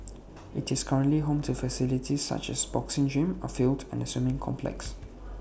IT is currently home to facilities such as A boxing gym A field and A swimming complex